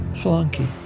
flunky